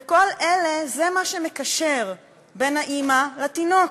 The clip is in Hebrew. וכל אלה, זה מה שמקשר בין האימא לתינוק.